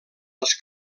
les